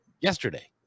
yesterday